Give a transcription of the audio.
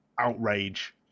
outrage